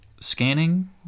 scanning